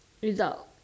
without